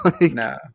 No